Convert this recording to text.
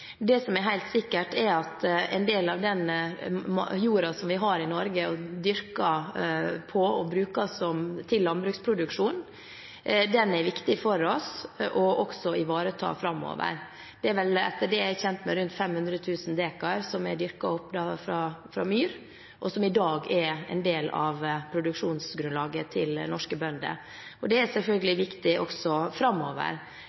Det som er helt sikkert, er at en del av den jorda som vi har i Norge og dyrker på og bruker til landbruksproduksjon, er viktig for oss også å ivareta framover. Det er etter det jeg kjenner til, rundt 500 000 dekar som er dyrket opp fra myr, og som i dag er en del av produksjonsgrunnlaget til norske bønder. Dette er selvfølgelig viktig også framover.